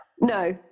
no